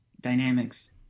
dynamics